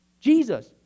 Jesus